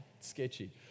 sketchy